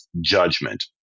judgment